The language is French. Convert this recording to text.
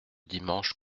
dimanche